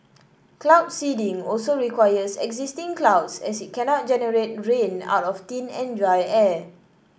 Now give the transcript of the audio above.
cloud seeding also requires existing clouds as it cannot generate rain out of thin and dry air